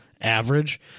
average